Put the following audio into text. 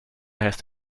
heißt